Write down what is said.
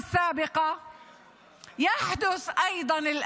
להלן תרגומם:)